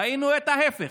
ראינו את ההפך,